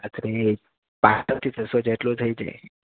આશરે પાંચસોથી છસ્સો જેટલું થઈ જાય